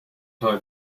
tie